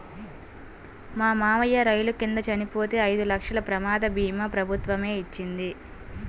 మా మావయ్య రైలు కింద చనిపోతే ఐదు లక్షల ప్రమాద భీమా ప్రభుత్వమే ఇచ్చింది